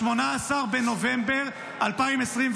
ב-18 בנובמבר 2024,